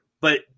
but-